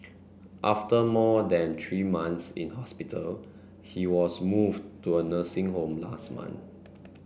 after more than three months in hospital he was moved to a nursing home last month